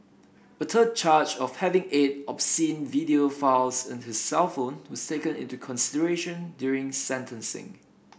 a third charge of having eight obscene video files in his cellphone was taken into consideration during sentencing